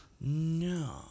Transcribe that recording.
No